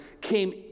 came